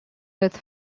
with